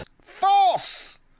False